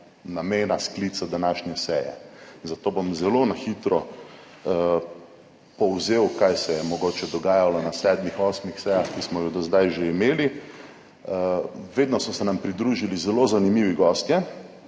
namena sklica današnje seje, zato bom zelo na hitro povzel kaj se je mogoče dogajalo na sedmih, osmih sejah, ki smo jih do zdaj že imeli. Vedno so se nam pridružili zelo zanimivi gostje